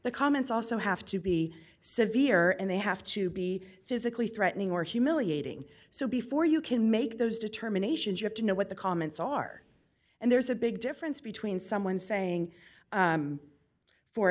the comments also have to be severe and they have to be physically threatening or humiliating so before you can make those determinations you have to know what the comments are and there's a big difference between someone saying